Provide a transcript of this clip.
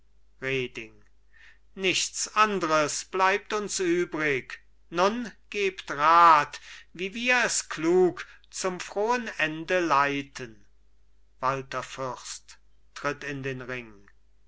nichts andres bleibt uns übrig nun gebt rat wie wir es klug zum frohen ende leiten walther fürst tritt in den ring